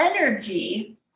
energy